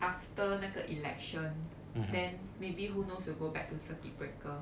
after 那个 election then maybe who knows will go back to circuit breaker